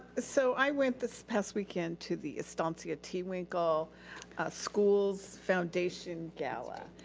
so i went this past weekend to the estancia tewinkle schools foundation gala.